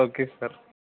okay sir